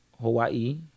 Hawaii